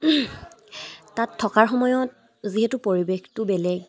তাত থকাৰ সময়ত যিহেতু পৰিৱেশটো বেলেগ